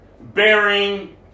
bearing